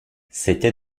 c’était